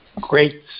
great